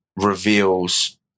reveals